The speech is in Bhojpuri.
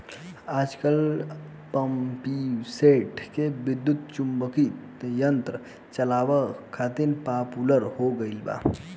आजकल पम्पींगसेट के विद्युत्चुम्बकत्व यंत्र से चलावल पॉपुलर हो गईल बा